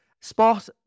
Spot